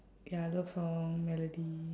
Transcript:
ya love song melody